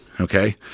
okay